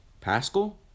Pascal